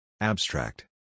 Abstract